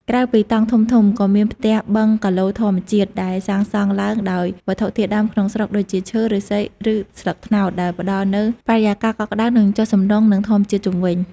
ក្រៅពីតង់ធំៗ ក៏មាន ផ្ទះបឹងកាឡូធម្មជាតិ ដែលសាងសង់ឡើងដោយវត្ថុធាតុដើមក្នុងស្រុកដូចជា ឈើ ឫស្សី ឬស្លឹកត្នោត ដែលផ្តល់នូវបរិយាកាសកក់ក្តៅ និងចុះសម្រុងនឹងធម្មជាតិជុំវិញ។